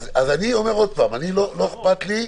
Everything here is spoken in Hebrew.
לא אכפת לי.